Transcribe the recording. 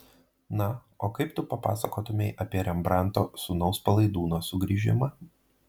na o kaip tu papasakotumei apie rembrandto sūnaus palaidūno sugrįžimą